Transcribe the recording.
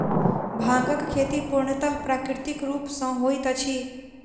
भांगक खेती पूर्णतः प्राकृतिक रूप सॅ होइत अछि